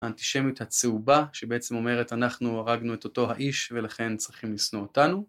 האנטישמיות הצהובה שבעצם אומרת, אנחנו הרגנו את אותו האיש ולכן צריכים לשנוא אותנו,